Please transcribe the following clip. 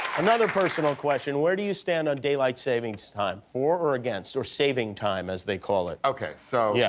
another personal question. where do you stand on daylight savings time? for or against? or saving time, as they call it. okay. so yeah